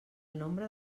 nombre